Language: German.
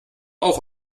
auch